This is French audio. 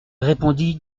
répondit